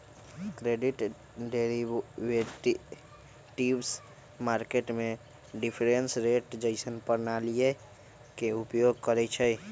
credit derivatives market में difference rate जइसन्न प्रणालीइये के उपयोग करइछिए